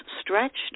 stretched